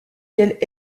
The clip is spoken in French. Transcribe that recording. qu’elle